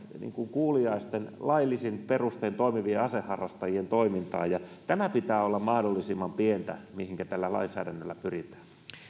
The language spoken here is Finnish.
kuuliaisten laillisin perustein toimivien aseharrastajien toimintaa ja tämän pitää olla mahdollisimman pientä mihinkä tällä lainsäädännöllä pyritään